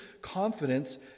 confidence